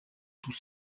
tous